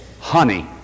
honey